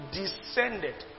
descended